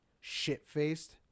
shit-faced